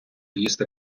їсти